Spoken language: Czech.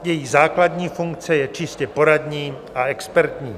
Její základní funkce je čistě poradní a expertní.